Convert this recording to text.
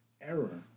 error